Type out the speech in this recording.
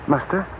Master